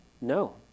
No